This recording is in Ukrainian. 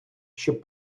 щоб